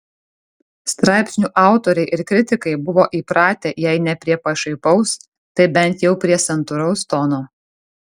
straipsnių autoriai ir kritikai buvo įpratę jei ne prie pašaipaus tai bent jau prie santūraus tono